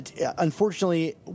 unfortunately